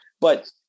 But-